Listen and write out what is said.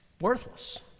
worthless